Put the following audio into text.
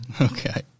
Okay